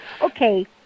okay